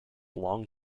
long